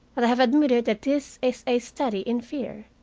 but i have admitted that this is a study in fear,